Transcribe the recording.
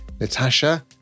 Natasha